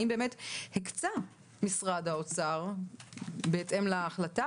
האם באמת הקצה משרד האוצר בהתאם להחלטה